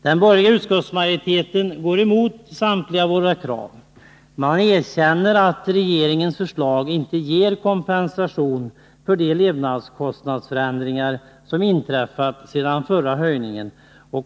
Den borgerliga utskottsmajoriteten går emot samtliga våra krav. Man erkänner att regeringens förslag inte ger kompensation för de levnadskostnadsförändringar som har inträtt efter den förra höjningen.